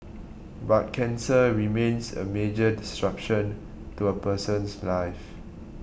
but cancer remains a major disruption to a person's life